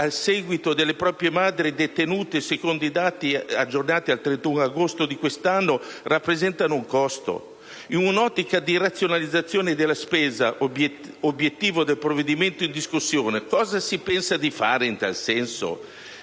al seguito delle proprie madri detenute, secondo i dati al 31 agosto, rappresentano un costo? In un'ottica di razionalizzazione della spesa, obiettivo del provvedimento in discussione, cosa si pensa di fare in tal senso?